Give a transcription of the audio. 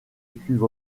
cuve